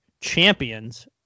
champions